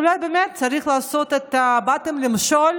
באתם למשול,